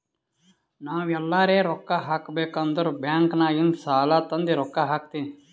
ನಾವ್ ಎಲ್ಲಾರೆ ರೊಕ್ಕಾ ಹಾಕಬೇಕ್ ಅಂದುರ್ ಬ್ಯಾಂಕ್ ನಾಗಿಂದ್ ಸಾಲಾ ತಂದಿ ರೊಕ್ಕಾ ಹಾಕ್ತೀನಿ